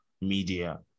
media